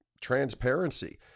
transparency